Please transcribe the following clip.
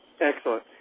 Excellent